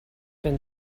been